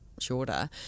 shorter